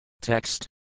Text